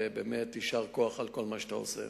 ובאמת יישר כוח על כל מה שאתה עושה.